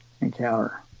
encounter